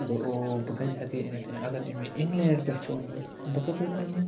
مےٚ دوٚپ او بہٕ کتہِ ہیکہِ یہِ أِنتھ اگر أمۍ یہِ اِنگلینٛڈ پٮ۪ٹھ چھُ اوٚنمت بہٕ کَپٲرۍ اَنہٕ یہِ